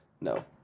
No